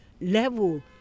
level